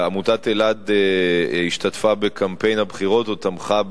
עמותת אלע"ד השתתפה בקמפיין הבחירות או תמכה,